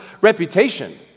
reputation